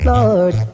Lord